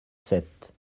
sept